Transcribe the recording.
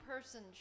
person